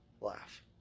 Laugh